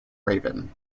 raven